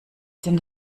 sinn